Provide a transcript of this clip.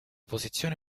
posizione